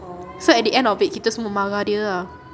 so at the end of it kita semua marah dia ah